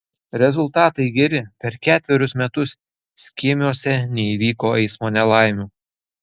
rezultatai geri per ketverius metus skėmiuose neįvyko eismo nelaimių